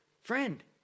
friend